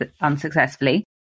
unsuccessfully